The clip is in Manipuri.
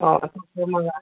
ꯑꯣ ꯑꯄꯤꯛꯄ ꯑꯃꯒ